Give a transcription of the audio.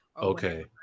Okay